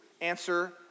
answer